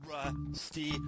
Rusty